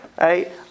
right